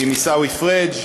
עיסאווי פריג',